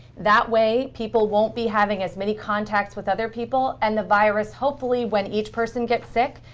that way, people won't be having as many contacts with other people, and the virus, hopefully, when each person gets sick,